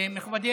מכובדי